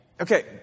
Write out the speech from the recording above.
Okay